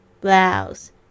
Blouse